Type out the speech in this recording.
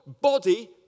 body